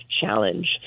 challenge